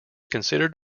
considered